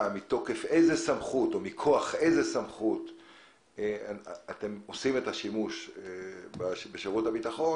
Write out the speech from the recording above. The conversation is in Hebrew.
הסעיף שמתוקפו אתם עושים את השימוש בשירות הביטחון,